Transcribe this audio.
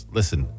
listen